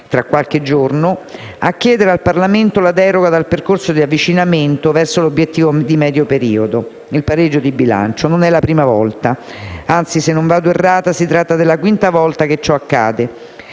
(tra qualche giorno), si appresta a chiedere al Parlamento la deroga dal percorso di avvicinamento verso «l'obiettivo di medio periodo» (il pareggio di bilancio). Non è la prima volta. Anzi, se non vado errata, si tratta della quinta volta che ciò accade.